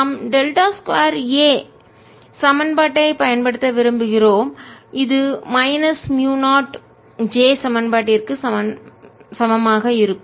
நாம் டெல்2 A சதுர சமன்பாட்டைப் பயன்படுத்த விரும்புகிறோம்இது மைனஸ் மூயு 0 J சமன்பாட்டிற்கு சமமாக இருக்கும்